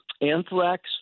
anthrax